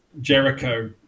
Jericho